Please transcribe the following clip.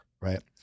right